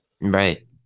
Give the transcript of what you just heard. Right